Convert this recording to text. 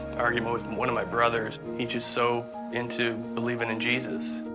argument, and one of my brothers. he's just so into believing in jesus.